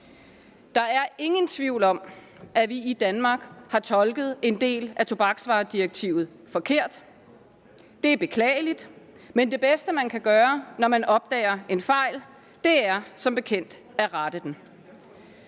Der er ingen tvivl om, at vi i Danmark har tolket en del af tobaksvaredirektivet forkert. Det er beklageligt, men det bedste, man kan gøre, når man opdager en fejl, er som bekendt at rette den.